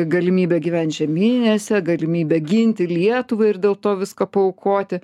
galimybė gyvent žiemyninėse galimybę ginti lietuvą ir dėl to viską paaukoti